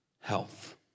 health